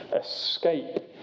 Escape